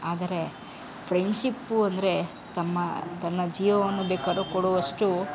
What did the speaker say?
ಆದರೆ ಫ್ರೆಂಡ್ಶಿಪ್ಪು ಅಂದರೆ ತಮ್ಮ ತನ್ನ ಜೀವವನ್ನು ಬೇಕಾದ್ರೂ ಕೊಡುವಷ್ಟು